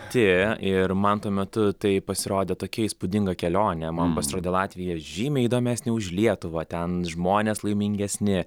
tie ir man tuo metu tai pasirodė tokia įspūdinga kelionė man pasirodė latvija žymiai įdomesnė už lietuvą ten žmonės laimingesni